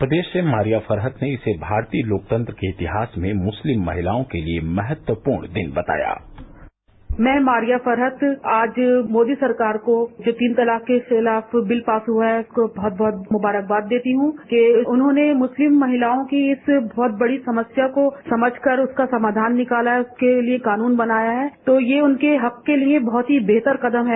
प्रदेश से मारिया फरहत ने इसे भारतीय लोकतंत्र के इतिहास में मुस्लिम महिलाओं के लिए महत्वपूर्ण दिन बताया मैं मारिया फरहत आज मोदी सरकार को तीन तलाक के खिलाफ बिल पास हुआ है उसको बहुत बहुत मुबारक देती हूं कि उन्होंने मुस्लिम महिलाओं की इस बहुत बड़ी समस्या को समझकर उसका समाधान निकाला है उसके लिए कानून बनाया है तो ये उनके हक के लिए बहुत ही बेहतर कदम है